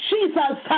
Jesus